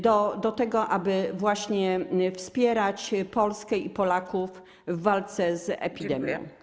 do tego, aby właśnie wspierać Polskę i Polaków w walce z epidemią?